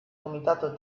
comitato